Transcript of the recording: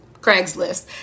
Craigslist